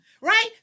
right